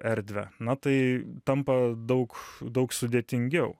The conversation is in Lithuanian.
erdvę na tai tampa daug daug sudėtingiau